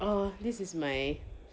err this is my